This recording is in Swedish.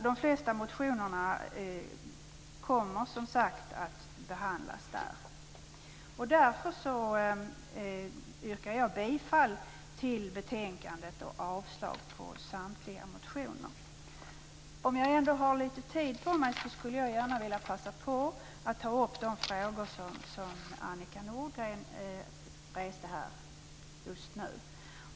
De flesta av motionernas förslag kommer, som sagt, att behandlas av utredningen. Därför yrkar jag bifall till utskottets hemställan och avslag på samtliga motioner. Eftersom jag fortfarande har litet taletid kvar, skulle jag vilja ta upp också de frågor som Annika Nordgren nyss reste.